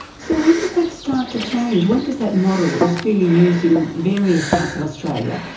so when does that start to change? when does that model that was clearly used in various parts of australia,